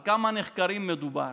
על כמה נחקרים מדובר,